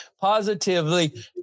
positively